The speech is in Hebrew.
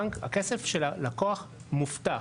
הכסף של הלקוח מובטח.